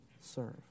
serve